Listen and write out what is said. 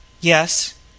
Yes